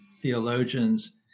theologians